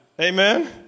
Amen